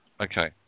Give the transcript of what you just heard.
Okay